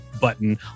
button